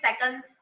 seconds